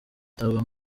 atabwa